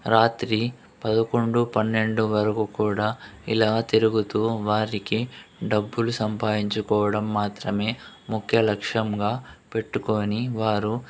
రాత్రి పదకొండు పన్నెండు వరకు కూడా ఇలా తిరుగుతూ వారికి డబ్బులు సంపాదించుకోవడం మాత్రమే ముఖ్య లక్ష్యంగా పెట్టుకొని వారు